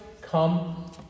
come